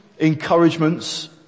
Encouragements